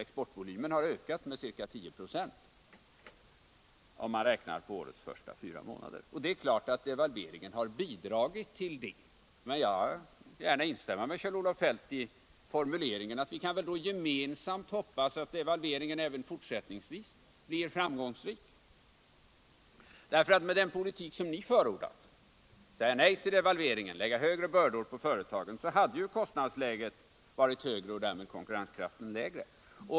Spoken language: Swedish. Exportvolymen har ökat med ca 10 926, om man räknar på årets första fyra månader. Det är alltså klart att devalveringen har bidragit till det. Men jag kan gärna instämma i Kjell-Olof Feldts formulering att vi kan hoppas att devalveringen även fortsättningsvis blir framgångsrik. Med den politik som ni förordar — att säga nej till devalveringen, att lägga större bördor på företagen — hade kostnadsläget varit högre och därmed konkurrenskraften lägre.